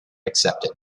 accepted